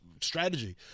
Strategy